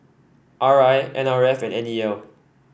R I N R F and N E L